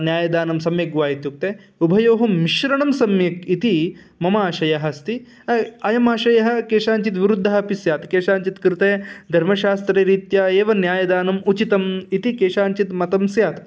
न्यायदानं सम्यग्वा इत्युक्ते उभयोः मिश्रणं सम्यक् इति मम आशयः अस्ति अयम् आशयः केषाञ्चित् विरुद्धः अपि स्यात् केषाञ्चित् कृते धर्मशास्त्ररीत्या एव न्यायदानम् उचितम् इति केषाञ्चित् मतं स्यात्